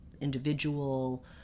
individual